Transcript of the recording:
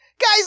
guys